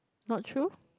not true